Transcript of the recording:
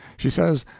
she says,